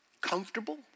comfortable